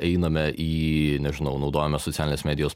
einame į nežinau naudojame socialinės medijos